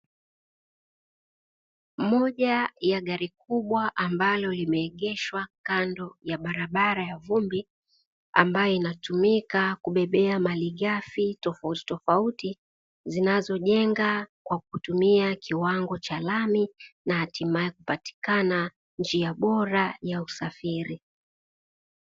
Moja ya gari kubwa ambalo limeegeshwa kando ya barabara ya vumbi, ambayo inatumika kubebea malighafi tofauti tofauti zinazo jenga kwa kutumia kiwango cha lami na hatimaye kupatikana njia bora za usafiri.